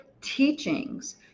teachings